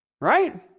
Right